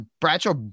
Bradshaw